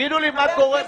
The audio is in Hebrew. תגידו לי מה קורה.